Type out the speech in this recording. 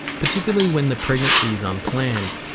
particularly when the pregnancy is unplanned,